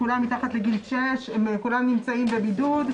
כולם מתחת לגיל 6 וכולם נמצאים בבידוד.